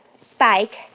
Spike